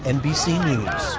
nbc news.